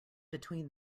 between